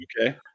Okay